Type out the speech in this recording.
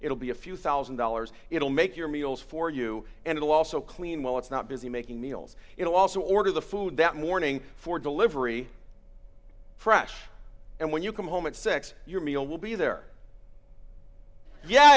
it'll be a few one thousand dollars it'll make your meals for you and it'll also clean well it's not busy making meals it'll also order the food that morning for delivery fresh and when you come home at six your meal will be there ye